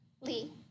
Lee